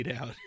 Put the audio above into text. out